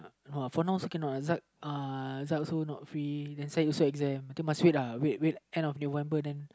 for now also cannot is like uh is like also not free then this one also exam I think must wait uh wait wait end of November then